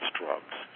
drugs